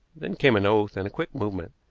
then came an oath, and a quick movement.